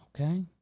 Okay